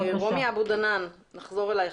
רומי, נחזור אליך.